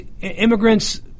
immigrants